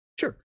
Sure